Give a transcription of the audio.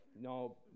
no